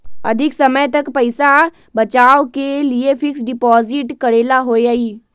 अधिक समय तक पईसा बचाव के लिए फिक्स डिपॉजिट करेला होयई?